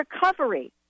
recovery